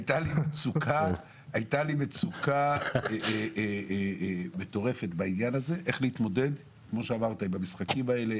הייתה לי מצוקה מטורפת איך להתמודד עם המשחקים האלה,